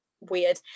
weird